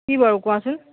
কি বাৰু কোৱাচোন